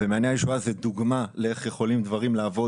מעייני הישועה מהווה דוגמה איך יכולים דברים לעבוד